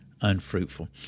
unfruitful